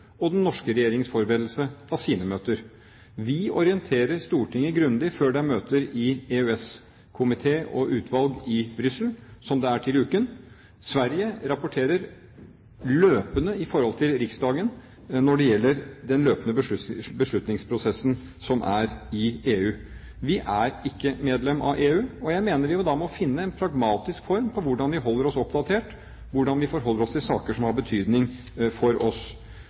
og den norske regjeringens forberedelse av sine møter. Vi orienterer Stortinget grundig før det er møter i EØS-komité og -utvalg i Brussel, som det er til uken. Sverige rapporterer løpende til Riksdagen når det gjelder den løpende beslutningsprosessen som er i EU. Vi er ikke medlem av EU, og jeg mener vi da må finne en pragmatisk form på hvordan vi holder oss oppdatert, hvordan vi forholder oss til saker som har betydning for oss.